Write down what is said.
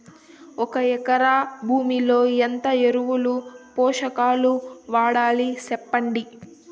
ఒక ఎకరా భూమిలో ఎంత ఎరువులు, పోషకాలు వాడాలి సెప్పండి?